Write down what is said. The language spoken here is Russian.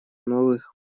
новых